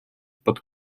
pod